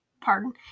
pardon